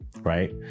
Right